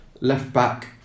Left-back